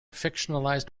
fictionalized